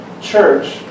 church